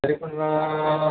तरी पण